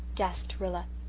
gasped rilla.